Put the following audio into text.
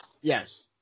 Yes